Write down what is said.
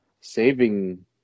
saving